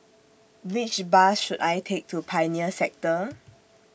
Which Bus should I Take to Pioneer Sector